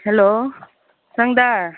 hello ꯁꯪꯗꯥꯔ